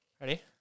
Ready